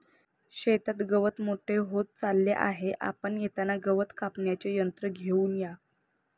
शेतात गवत मोठे होत चालले आहे, आपण येताना गवत कापण्याचे यंत्र घेऊन या